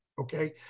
okay